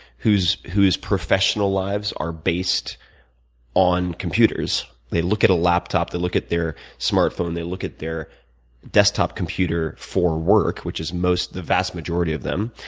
whose whose professional lives are based on computers they look at a laptop, they look at their smartphone, they look at their desktop computer for work, which is the vast majority of them,